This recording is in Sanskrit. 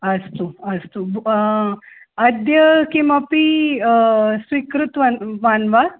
अस्तु अस्तु अद्या किमपि स्वीकृतवान् वा वा